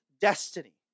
destiny